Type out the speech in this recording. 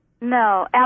No